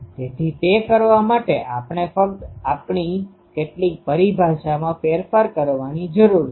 તેથી તે કરવા માટે આપણે ફક્ત આપણી કેટલીક પરિભાષામાં ફેરફાર કરવાની જરૂર છે